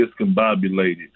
discombobulated